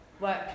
work